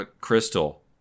Crystal